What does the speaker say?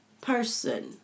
person